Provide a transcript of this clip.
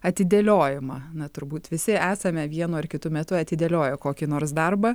atidėliojimą na turbūt visi esame vienu ar kitu metu atidėlioję kokį nors darbą